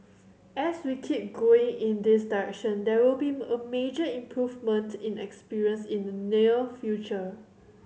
as we keep going in this direction there will be a major improvement in experience in the near future